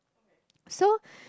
so